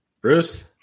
Bruce